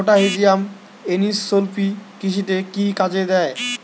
মেটাহিজিয়াম এনিসোপ্লি কৃষিতে কি কাজে দেয়?